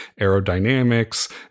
aerodynamics